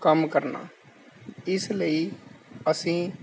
ਕੰਮ ਕਰਨਾ ਇਸ ਲਈ ਅਸੀਂ